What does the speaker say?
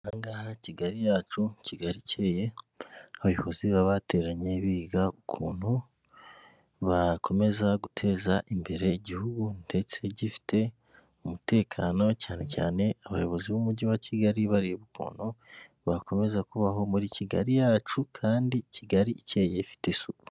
Aha ngaha Kigali yacu, Kigali ikeye, abayobozi baba bateranye biga ukuntu bakomeza guteza imbere igihugu ndetse gifite umutekano cyane cyane abayobozi b'umujyi wa kigali bareba ukuntu bakomeza kubaho muri kigali yacu kandi kigali ikeye ifite isuku.